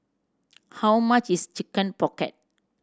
how much is Chicken Pocket